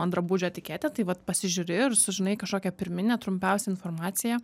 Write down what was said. ant drabužio etiketę tai vat pasižiūri ir sužinai kažkokią pirminę trumpiausią informaciją